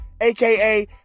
aka